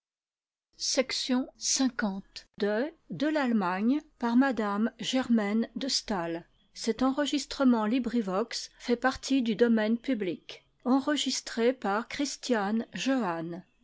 de m de